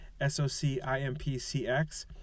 SOCIMPCX